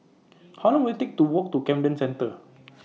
How Long Will IT Take to Walk to Camden Centre